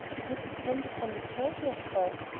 it would depend upon the person, of course.